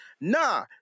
Nah